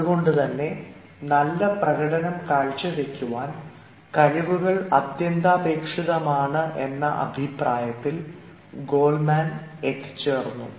അതുകൊണ്ടുതന്നെ നല്ല പ്രകടനം കാഴ്ച വയ്ക്കുവാൻ കഴിവുകൾ അത്യന്താപേക്ഷിതമാണ് എന്ന അഭിപ്രായത്തിൽ ഗോൽമാൻ എത്തിച്ചേർന്നു